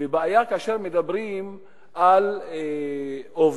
ובעיה כאשר מדברים על עובדים,